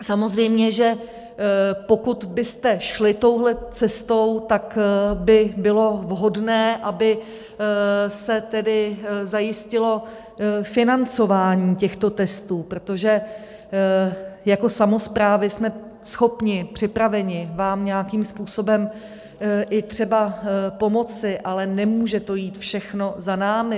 Samozřejmě že pokud byste šli touhle cestou, tak by bylo vhodné, aby se tedy zajistilo financování těchto testů, protože jako samosprávy jsme schopni, připraveni, vám nějakým způsobem i třeba pomoci, ale nemůže to jít všechno za námi.